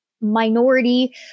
minority